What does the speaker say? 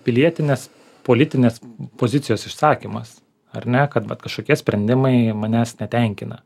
pilietinės politinės pozicijos išsakymas ar ne kad vat kažkokie sprendimai manęs netenkina